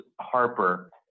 harper